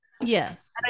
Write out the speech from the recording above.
yes